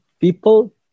people